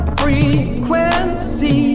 frequency